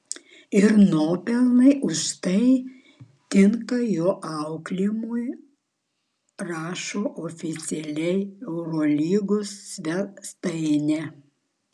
ir nuopelnai už tai tenka jo auklėjimui rašo oficiali eurolygos svetainė